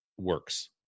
works